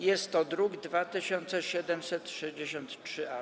Jest to druk nr 2763-A.